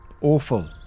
Awful